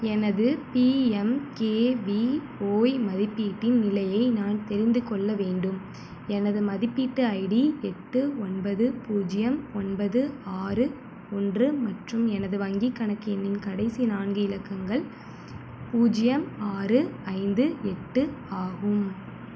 எனது பிஎம்கேவிஓய் மதிப்பீட்டின் நிலையை நான் தெரிந்துக்கொள்ள வேண்டும் எனது மதிப்பீட்டு ஐடி எட்டு ஒன்பது பூஜ்யம் ஒன்பது ஆறு ஒன்று மற்றும் எனது வங்கிக்கணக்கு எண்ணின் கடைசி நான்கு இலக்கங்கள் பூஜ்யம் ஆறு ஐந்து எட்டு ஆகும்